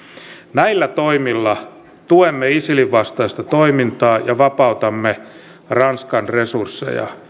näillä toimilla tuemme isilin vastaista toimintaa ja vapautamme ranskan resursseja